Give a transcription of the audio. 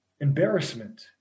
embarrassment